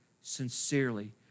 sincerely